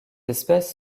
espèce